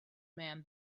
man